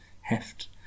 heft